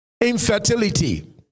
infertility